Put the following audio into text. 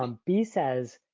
um bea says,